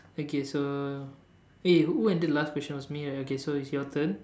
okay so eh who ended the last question was me right so it's your turn